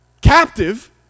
captive